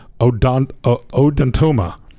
odontoma